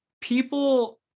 people